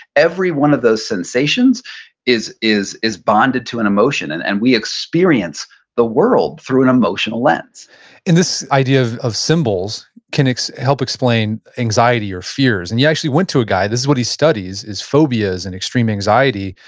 every one of those sensations is is bonded to an emotion, and and we experience the world through an emotional lens and this idea of of symbols can help explain anxiety or fears. and you actually went to a guy, this is what he studies, is phobias and extreme anxiety.